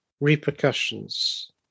repercussions